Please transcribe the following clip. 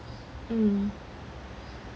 mm